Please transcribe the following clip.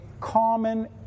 common